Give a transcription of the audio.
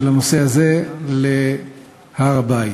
הזה להר-הבית.